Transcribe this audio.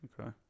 Okay